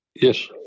Yes